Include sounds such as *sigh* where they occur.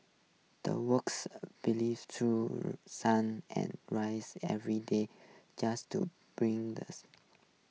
the workers believe through sun and raise every day just to bring the *unintelligible*